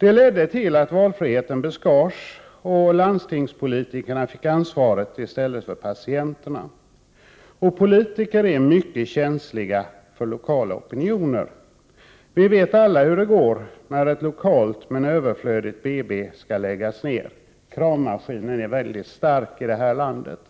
Det ledde till att valfriheten beskars, och landstingspolitikerna fick ansvaret i stället för patienterna. Och politiker är mycket känsliga för lokala opinioner. Vi vet alla hur det går när ett lokalt men överflödigt BB skall läggas ner. Kravmaskinen är väldigt stark i det här landet.